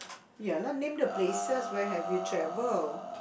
ya lah name the places where have you travel